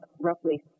roughly